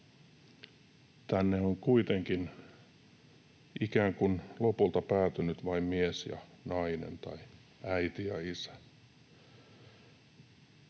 tänne on kuitenkin lopulta päätynyt vain mies ja nainen tai äiti ja isä?